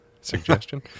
suggestion